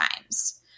times